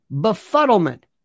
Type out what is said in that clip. befuddlement